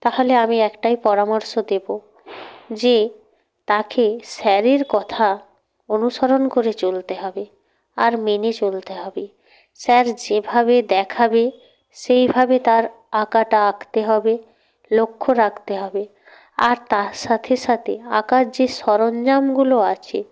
তাহলে আমি একটাই পরামর্শ দেবো যে তাকে স্যারের কথা অনুসরণ করে চলতে হবে আর মেনে চলতে হবে স্যার যেভাবে দেখাবে সেইভাবে তার আঁকাটা আঁকতে হবে লক্ষ রাখতে হবে আর তার সাথে সাথে আঁকার যে সরঞ্জামগুলো আছে